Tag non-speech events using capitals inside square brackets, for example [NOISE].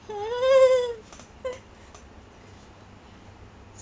[LAUGHS]